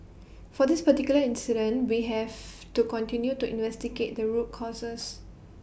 for this particular incident we have to continue to investigate the root causes